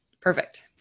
Perfect